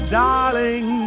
darling